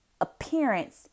appearance